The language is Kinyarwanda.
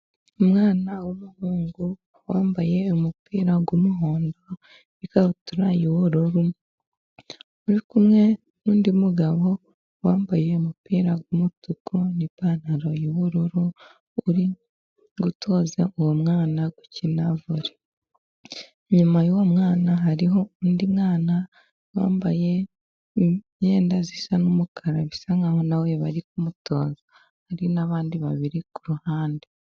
Umwana w'umuhungu wambaye umupira w'umuhondo n'ikabutura y'ubururu, uri kumwe n'undi mugabo wambaye umupira w'umutuku ni'pantaro yubururu, uri gutoza uwo mwana gukina vole. Inyuma y'uwo mwana hariho undi mwana wambaye imyenda isa n'umukara, bisa n'aho nawe bari kumutoza. Hari n'bandi babiri ku ruhande.